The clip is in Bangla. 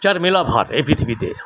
যার মেলা ভার এই পৃথিবীতে